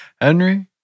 Henry